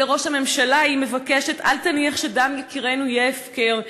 ומראש הממשלה היא מבקשת: אל תניח שדם יקירינו יהיה הפקר,